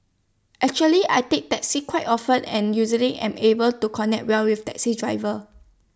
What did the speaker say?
actually I take taxis quite often and usually am able to connect well with taxi drivers